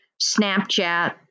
Snapchat